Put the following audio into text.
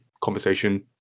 conversation